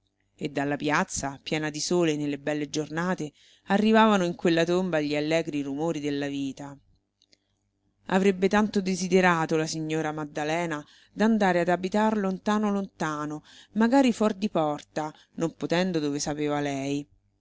e dalla piazza piena di sole nelle belle giornate arrivavano in quella tomba gli allegri rumori della vita avrebbe tanto desiderato la signora maddalena d'andare ad abitar lontano lontano magari fuor di porta non potendo dove sapeva lei